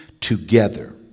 together